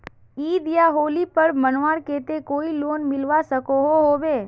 ईद या होली पर्व मनवार केते कोई लोन मिलवा सकोहो होबे?